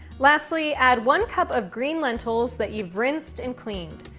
lastly, add one cup of green lentils that you've rinsed and cleaned.